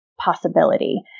possibility